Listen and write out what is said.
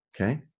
Okay